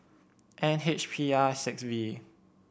N H P R six V